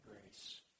grace